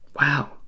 Wow